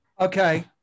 Okay